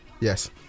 Yes